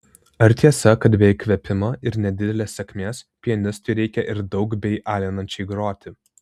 ar tiesa kad be įkvėpimo ir nedidelės sėkmės pianistui reikia ir daug bei alinančiai groti